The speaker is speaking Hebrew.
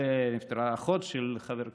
אחות של חבר כנסת,